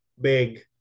big